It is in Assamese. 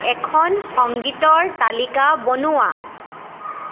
এখন সংগীতৰ তালিকা বনোৱা